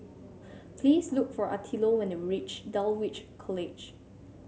please look for Attilio when you reach Dulwich College